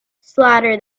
slaughter